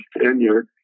tenure